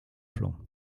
flanc